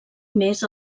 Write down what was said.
més